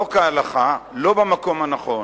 לא כהלכה, לא במקום הנכון.